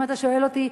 אם אתה שואל אותי,